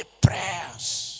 prayers